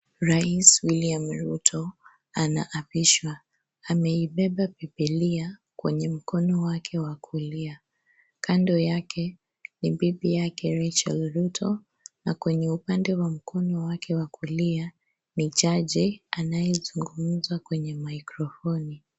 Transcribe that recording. Rais William Ruto anaapishwa ameibeba bibilia kwenye mkono wake wa kulia, kando yake ni bibi yake Rachel Ruto na kwenye upande wa mkono wake wa kulia ni jaji anayezungumza kwenye mikrofoni.